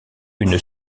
une